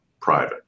private